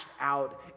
out